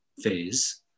phase